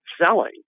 selling